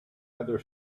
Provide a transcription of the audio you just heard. other